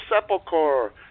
Sepulchre